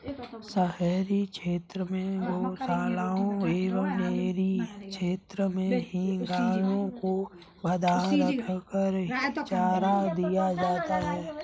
शहरी क्षेत्र में गोशालाओं एवं डेयरी क्षेत्र में ही गायों को बँधा रखकर ही चारा दिया जाता है